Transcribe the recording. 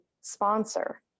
sponsor